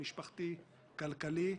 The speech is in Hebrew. משפחתי וכלכלי,